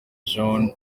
john